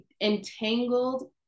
Entangled